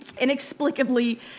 Inexplicably